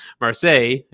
Marseille